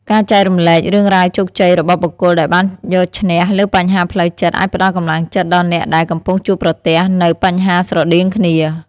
ការចែករំលែករឿងរ៉ាវជោគជ័យរបស់បុគ្គលដែលបានយកឈ្នះលើបញ្ហាផ្លូវចិត្តអាចផ្ដល់កម្លាំងចិត្តដល់អ្នកដែលកំពុងជួបប្រទះនូវបញ្ហាស្រដៀងគ្នា។